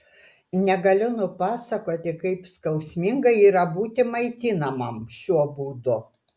negaliu nupasakoti kaip skausminga yra būti maitinamam šiuo būdu